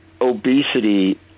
obesity